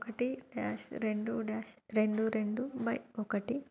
ఒకటి డ్యాష్ రెండు డ్యాష్ రెండు రెండు బై ఒకటి